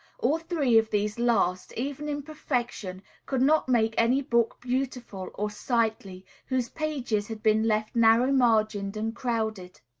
all three of these last, even in perfection, could not make any book beautiful, or sightly, whose pages had been left narrow-margined and crowded.